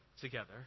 together